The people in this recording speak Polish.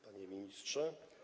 Panie Ministrze!